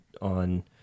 on